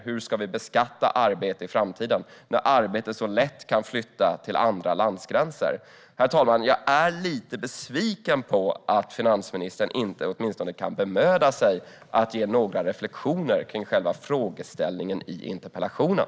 Hur ska vi beskatta arbete i framtiden, när det så lätt kan flyttas till andra länder? Herr talman! Jag är lite besviken på att finansministern inte åtminstone kan bemöda sig att ge några reflektioner kring själva frågeställningen i interpellationen.